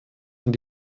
und